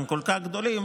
הם כל כך גדולים,